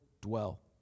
dwell